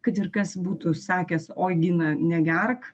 kad ir kas būtų sakęs oi gina negerk